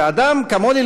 שאדם כמוני,